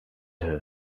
her